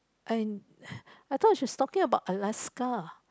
I I thought she was talking about Alaska